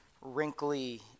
wrinkly